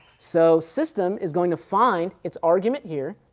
so system is going to find its argument here,